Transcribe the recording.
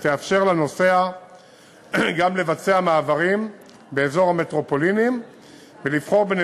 ותאפשר לנוסע גם לבצע מעברים באזור המטרופולינים ולבחור בין